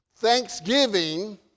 Thanksgiving